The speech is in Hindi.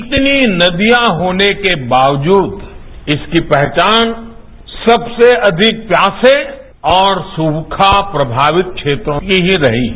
इतनी नदियां होने के बावजूद इसकी पहचान सबसे अधिक प्यासे और सूखा प्रभावित क्षेत्रों की ही रही है